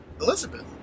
Elizabeth